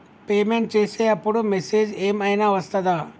Payment చేసే అప్పుడు message ఏం ఐనా వస్తదా?